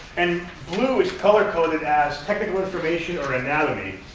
and blue is color-coded as technical information or anatomy.